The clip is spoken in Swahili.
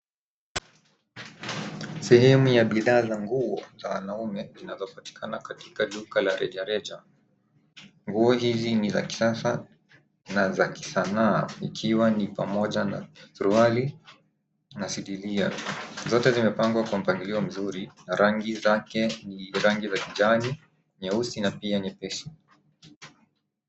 Sehemu ya bidhaa za nguo za wanaume zinazopatikana katika duka la rejareja. Nguo hizi ni za kisasa na za kisanaa ikiwa ni pamoja na suruali na sidiria, zote zimepangwa kwa mpangilio mzuri na rangi zake ni rangi za kijani, nyeusi na pia nyepesi .